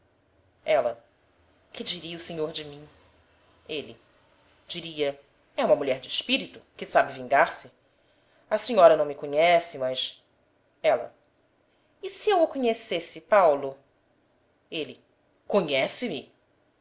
ela que diria o senhor de mim ele diria e uma mulher de espírito que sabe vingar-se a senhora não me conhece mas ela e se eu o conhecesse paulo ele conhece-me